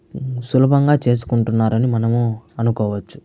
సులభంగా చేసుకుంటున్నారని మనము అనుకోవచ్చు